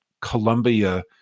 Columbia